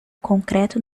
concreto